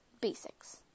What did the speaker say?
basics